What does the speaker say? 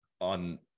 on